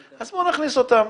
אז בוא נכניס אותם,